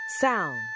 sound